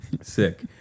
Sick